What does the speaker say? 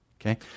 Okay